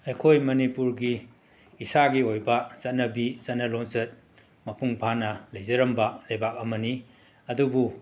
ꯑꯩꯈꯣꯏ ꯃꯅꯤꯄꯨꯔꯒꯤ ꯏꯁꯥꯒꯤ ꯑꯣꯏꯕ ꯆꯠꯅꯕꯤ ꯆꯠꯅ ꯂꯣꯟꯆꯠ ꯃꯄꯨꯡ ꯐꯥꯅ ꯂꯩꯖꯔꯝꯕ ꯂꯩꯕꯥꯛ ꯑꯃꯅꯤ ꯑꯗꯨꯕꯨ